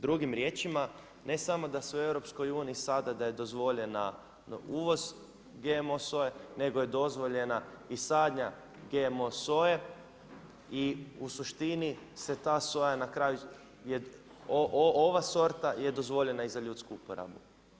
Drugim riječima ne samo da su u EU sada da je dozvoljen uvoz GMO soje nego je dozvoljena i sadnja GMO soje i u suštini se ta soja na kraju je, ova sorta je dozvoljena i za ljudsku uporabu.